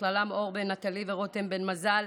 ובכללם אור בן נטלי ורותם בן מזל,